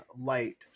light